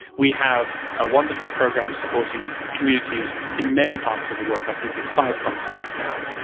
we have a wonderful program supporting communities in many parts of the world, i think in five continents now.